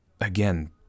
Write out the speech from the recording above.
again